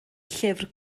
llyfr